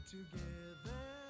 together